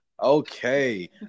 Okay